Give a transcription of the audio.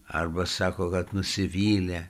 arba sako kad nusivylė